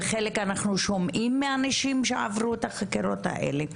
וחלק אנחנו שומעים מאנשים שעברו את החקירות האלה.